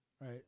right